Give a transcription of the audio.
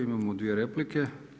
Imamo dvije replike.